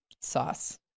sauce